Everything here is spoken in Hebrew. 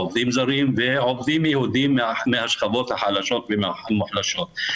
עובדים זרים ועובדים יהודים מהשכבות החלשות והמוחלשות.